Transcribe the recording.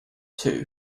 too